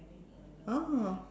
oh